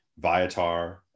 Viatar